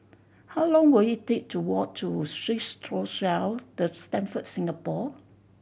how long will it take to walk to Swissotel The Stamford Singapore